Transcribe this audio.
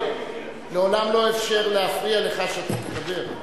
לעולם לא אאפשר להפריע לך כשאתה מדבר.